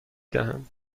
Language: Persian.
دهند